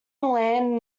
land